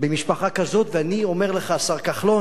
במשפחה כזאת, ואני אומר לך, השר כחלון,